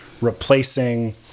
replacing